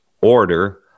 order